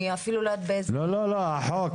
אני אפילו לא יודעת לא, החוק.